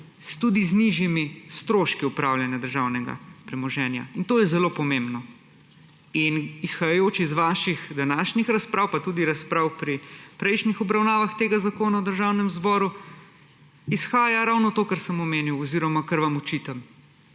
tudi z nižjimi stroški upravljanja državnega premoženja, in to je zelo pomembno. Iz vaših današnji razprav pa tudi razprav pri prejšnjih obravnavah tega zakona v Državnem zboru izhaja ravno to, kar sem omenil oziroma kar vam očitam,